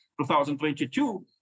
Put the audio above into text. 2022